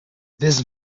this